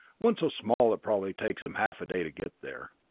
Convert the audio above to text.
one so small it probably takes him half a day to get there.